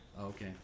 okay